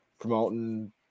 Promoting